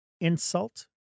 insult